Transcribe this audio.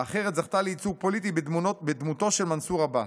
והאחרת זכתה לייצוג פוליטי בדמותו של מנסור עבאס.